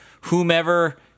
whomever